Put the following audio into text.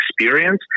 experience